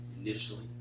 initially